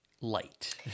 light